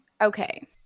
okay